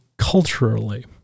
culturally